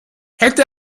hätte